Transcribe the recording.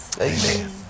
Amen